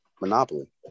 Monopoly